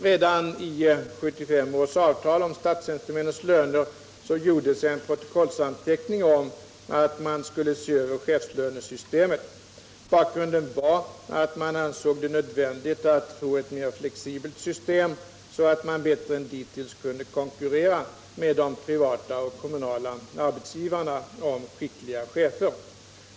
Redan i 1975 års avtal om statstjänstemännens löner gjordes en protokollsanteckning om att man skulle se över chefslönesystemet. Bak grunden var att man ansåg det nödvändigt att få ett mer flexibelt system, så att man bättre än dittills kunde konkurrera med de privata och kommunala arbetsgivarna om skickliga chefer.